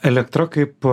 elektra kaip